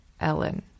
Ellen